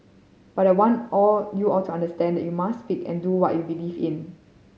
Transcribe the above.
but I want all you all to understand that you must speak and do what you believe in